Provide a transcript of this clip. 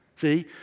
See